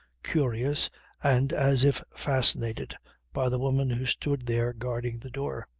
curious and as if fascinated by the woman who stood there guarding the door.